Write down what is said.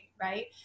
right